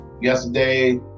yesterday